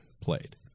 played